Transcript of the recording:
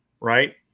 Right